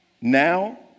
now